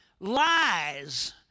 lies